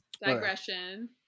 Digression